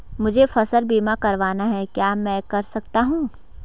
मुझे फसल बीमा करवाना है क्या मैं कर सकता हूँ?